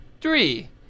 three